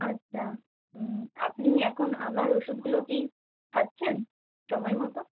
আচ্ছা আপনি এখন আমার ওষুধগুলো কি খাচ্ছেন সময়মতো